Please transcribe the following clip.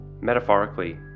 Metaphorically